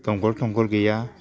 दमख'ल थमख'ल गैया